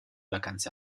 vacanze